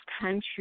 country